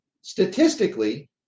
Statistically